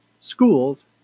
schools